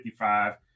55